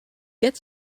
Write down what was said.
get